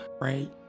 right